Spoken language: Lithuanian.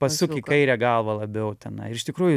pasuk į kairę galvą labiau tenai ir iš tikrųjų